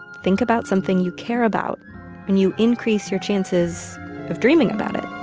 think about something you care about and you increase your chances of dreaming about it